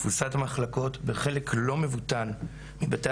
תפוסת המחלקות בחלק לא מבוטל מבתי